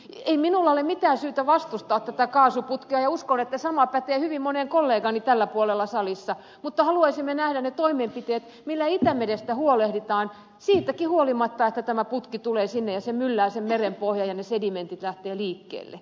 ei minulla ole mitään syytä vastustaa tätä kaasuputkea ja uskon että sama pätee hyvin moneen kollegaani tällä puolella salissa mutta haluaisimme nähdä ne toimenpiteet millä itämerestä huolehditaan siitäkin huolimatta että tämä putki tulee sinne ja se myllää sen merenpohjan ja ne sedimentit lähtevät liikkeelle